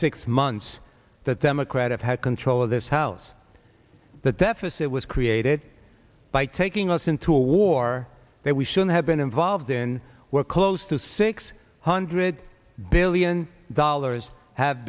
six months that democrat of had control of this house the deficit was created by taking us into a war that we should have been involved in where close to six hundred billion dollars have